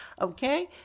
okay